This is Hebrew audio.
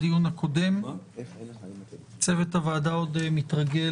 נגררנו עם הדיון הקודם - צוות הוועדה עוד מתרגל